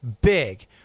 Big